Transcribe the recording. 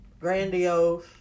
grandiose